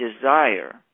desire